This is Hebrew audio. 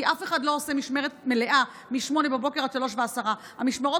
כי אף אחד לא עושה משמרת מלאה מ-8:00 עד 15:10. המשמרות